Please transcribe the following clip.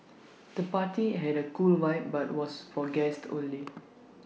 the party had A cool vibe but was for guests only